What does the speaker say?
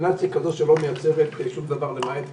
קומבינציה שלא מייצרת שום דבר למעט עצלות.